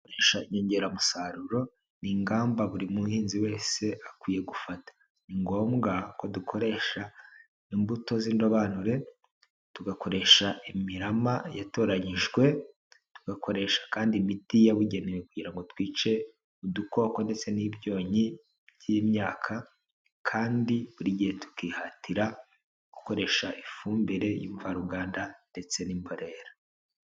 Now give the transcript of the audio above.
Gukoresha inyongeramusaruro ni ingamba buri muhinzi wese akwiye gufata, ni ngombwa ko dukoresha imbuto z'indobanure, tugakoresha imirama yatoranyijwe, tugakoresha kandi imiti yabugenewe kugira ngo twice udukoko ndetse n'ibyonyi by'imyaka, kandi buri gihe tukihatira gukoresha ifumbire y'imvaruganda ndetse n'imborera.